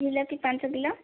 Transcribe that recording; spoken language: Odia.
ଝିଳାପି ପାଞ୍ଚ କିଲୋ